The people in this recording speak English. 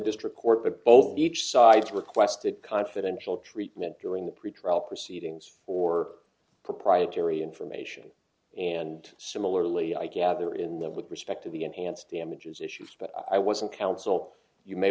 district court the boat each side requested confidential treatment during the pretrial proceedings or proprietary information and similarly i gather in that with respect to the enhanced damages issues but i wasn't counsel you may